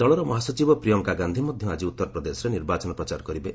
ଦଳର ମହାସଚିବ ପ୍ରିୟଙ୍କା ଗାନ୍ଧି ମଧ୍ୟ ଆଜି ଉତ୍ତର ପ୍ରଦେଶରେ ନିର୍ବାଚନ ପ୍ରଚାର କରିବେ